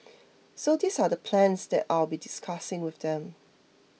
so these are the plans that I'll be discussing with them